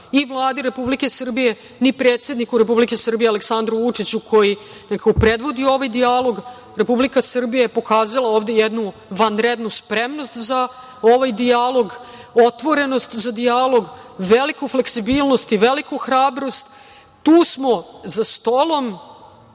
ni Vladi Republike Srbije, ni predsedniku Republike Srbije Aleksandru Vučiću koji predvodi ovaj dijalog. Republika Srbija je pokazala ovde jednu vanrednu spremnost za ovaj dijalog, otvorenost za dijalog, veliku fleksibilnost i veliku hrabrost. Tu smo, za stolom.